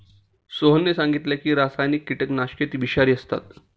सोहनने सांगितले की रासायनिक कीटकनाशके विषारी असतात